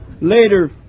later